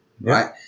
right